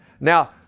Now